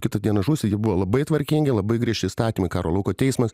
kitą dieną žusi jie buvo labai tvarkingi labai griežti įstatymai karo lauko teismas